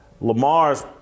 Lamar's